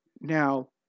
Now